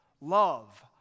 love